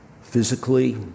physically